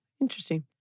Interesting